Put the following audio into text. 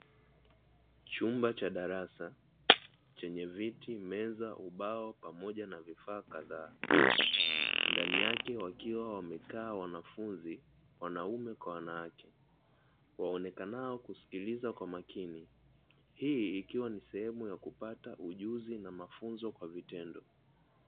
Chumba cha darasa chenye viti, meza, ubao, pamoja na vifaa kadhaa ndani yake wakiwa wamekaa wanafunzi wanaume kwa wanawake waonekanao kusikiliza kwa makini hii ikiwa sehemu ya kupata ujuzi na mafunzo kwa vitendo.